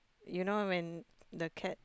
you know when the cat